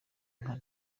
nta